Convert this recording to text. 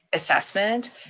assessment.